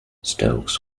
stokes